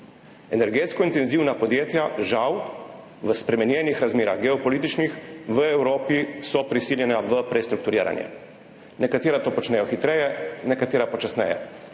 Energetsko intenzivna podjetja so žal v spremenjenih geopolitičnih razmerah v Evropi prisiljena v prestrukturiranje. Nekatera to počnejo hitreje, nekatera počasneje,